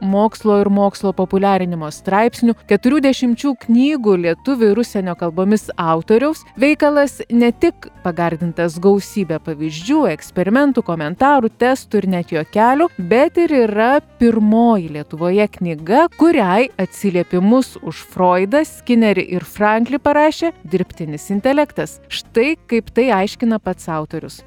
mokslo ir mokslo populiarinimo straipsnių keturių dešimčių knygų lietuvių ir užsienio kalbomis autoriaus veikalas ne tik pagardintas gausybe pavyzdžių eksperimentų komentarų testų ir net juokelių bet ir yra pirmoji lietuvoje knyga kuriai atsiliepimus už froidą skinerį ir franklį parašė dirbtinis intelektas štai kaip tai aiškina pats autorius